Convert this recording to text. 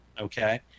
Okay